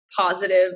positive